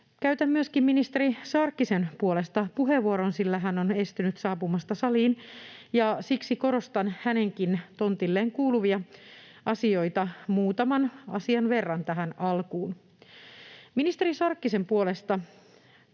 käytän myöskin ministeri Sarkkisen puolesta puheenvuoron, sillä hän on estynyt saapumasta saliin, ja siksi korostan hänenkin tontilleen kuuluvia asioita muutaman asian verran tähän alkuun. Ministeri Sarkkisen puolesta